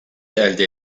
elde